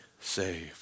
saved